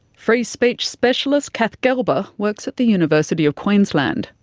free speech specialist kath gelber works at the university of queensland.